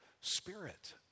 Spirit